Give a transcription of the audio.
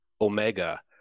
Omega